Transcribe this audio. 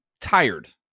tired